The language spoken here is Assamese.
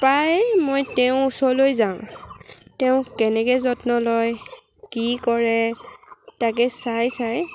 প্ৰায় মই তেওঁৰ ওচৰলৈ যাওঁ তেওঁক কেনেকৈ যত্ন লয় কি কৰে তাকে চাই চাই